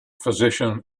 physician